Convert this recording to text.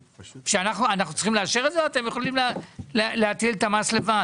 תקבעו שהשר יוכל להכריע, ומפה אפשר להתחיל לדבר.